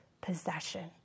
possession